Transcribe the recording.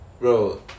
Bro